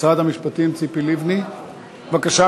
המשפטים ציפי לבני, בבקשה,